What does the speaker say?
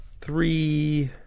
three